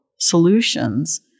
solutions